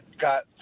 got